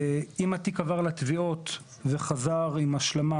אם התיק עבר לתביעות וחזר עם השלמה,